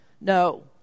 No